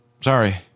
Sorry